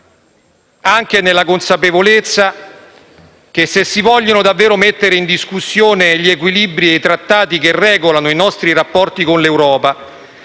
anche nella consapevolezza che, se si vogliono davvero mettere in discussione gli equilibri e i trattati che regolano i nostri rapporti con l'Europa,